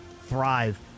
thrive